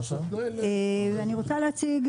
אני רוצה להציג,